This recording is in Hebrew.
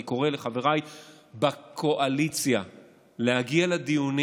אני קורא לחבריי בקואליציה להגיע לדיונים.